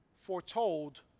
foretold